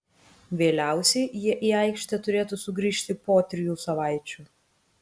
vėliausiai jie į aikštę turėtų sugrįžti po trijų savaičių